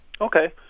Okay